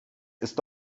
ist